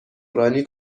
رانی